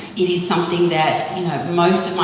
it is something that most